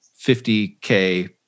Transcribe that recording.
50K